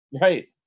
Right